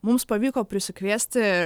mums pavyko prisikviesti